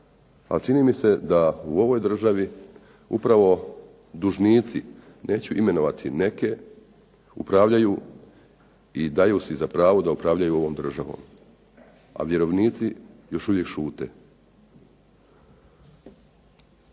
ali čini mi se da u ovoj državi upravo dužnici, neću imenovati neke, upravljaju i daju si za pravo da upravljaju ovom državom, a vjerovnici još uvijek šute.